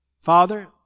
Father